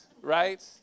right